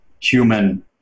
human